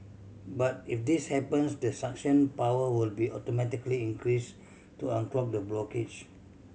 but if this happens the suction power will be automatically increase to unclog the blockage